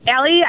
Allie